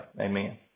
Amen